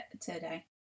today